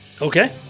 Okay